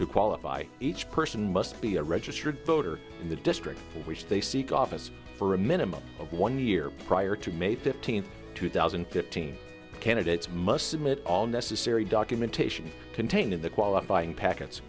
to qualify each person must be a registered voter in the district to which they seek office for a minimum of one year prior to may fifteenth two thousand and fifteen candidates must submit all necessary documentation contained in the qualifying packets